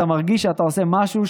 אתה מרגיש שאתה עושה משהו,